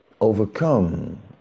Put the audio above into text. overcome